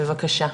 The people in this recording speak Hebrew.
בבקשה.